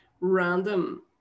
random